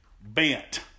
bent